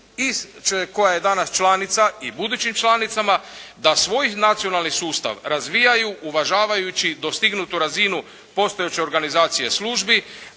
koja je danas članica i budućim članicama da svoj nacionalni sustav razvijaju uvažavajući dostignutu razinu postojeće organizacije službi,